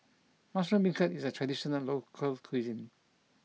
Mushroom Beancurd is a traditional local cuisine